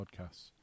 podcasts